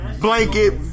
blanket